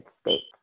States